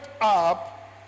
up